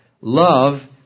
Love